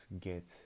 get